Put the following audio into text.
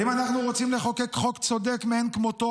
האם אנחנו רוצים לחוקק חוק צודק מאין כמותו,